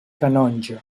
canonge